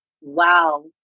wow